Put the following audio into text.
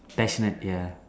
passionate ya